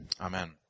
Amen